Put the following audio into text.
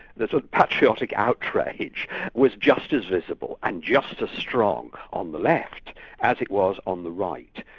the patriotic outrage was just as visible and just as strong on the left as it was on the right.